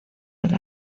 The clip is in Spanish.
del